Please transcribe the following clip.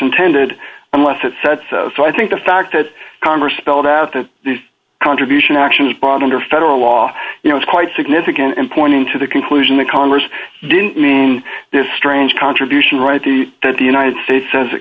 intended unless it said so i think the fact that congress peled out the contribution actions brought under federal law you know is quite significant and pointing to the conclusion that congress didn't mean this strange contribution right the that the united states says it